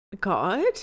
God